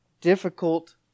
difficult